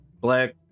black